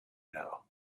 know